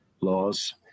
laws